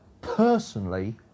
personally